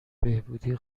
بهبودی